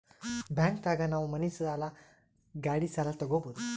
bank ದಾಗ ನಾವ್ money ಸಾಲ ಗಾಡಿ ಸಾಲ ತಗೊಬೋದು